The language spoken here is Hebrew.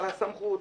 על הסמכות,